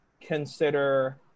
consider